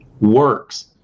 works